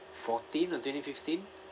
fourteen or twenty fifteen